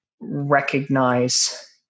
recognize